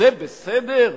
זה בסדר?